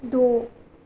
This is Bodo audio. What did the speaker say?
दै